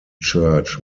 church